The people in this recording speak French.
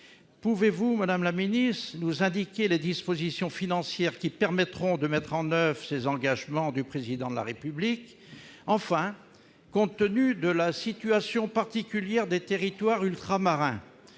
Pouvez-vous nous indiquer les dispositions financières qui permettront de mettre en oeuvre ces engagements du Président de la République ? Enfin, compte tenu de la situation particulière des territoires ultramarins,